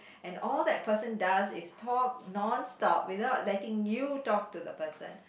and all that person does is talk non stop without letting you talk to the person